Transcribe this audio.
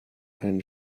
ein